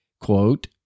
quote